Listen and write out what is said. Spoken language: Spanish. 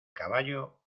caballo